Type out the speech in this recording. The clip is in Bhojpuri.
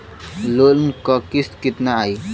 लोन क किस्त कितना आई?